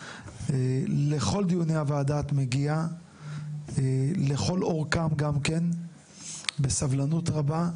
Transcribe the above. את מגיעה לכל דיוני הוועדה ונשארת לכל אורכם בסבלנות רבה.